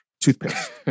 Toothpaste